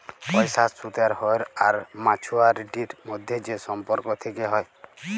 পয়সার সুদের হ্য়র আর মাছুয়ারিটির মধ্যে যে সম্পর্ক থেক্যে হ্যয়